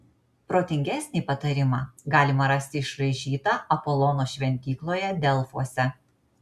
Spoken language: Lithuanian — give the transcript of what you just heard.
protingesnį patarimą galima rasti išraižytą apolono šventykloje delfuose